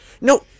No